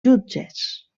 jutges